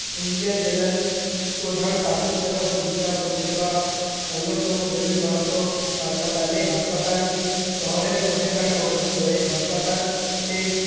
পুরুলিয়া জেলার প্রধান স্বাস্থ্যসেবা সুবিধা পরিষেবা অন্যতম দেবেন মাহাতো হাসপাতালে হাসপাতালটি শহরের মধ্যেখানে অবস্থিত এ হাসপাতালে